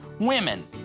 women